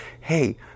hey